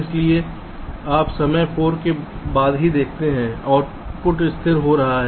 इसलिए आप समय 4 के बाद ही देखते हैं आउटपुट स्थिर हो रहा है